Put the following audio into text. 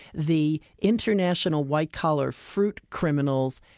the international, white-collar, fruit criminals.